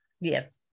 Yes